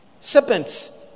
Serpents